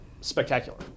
spectacular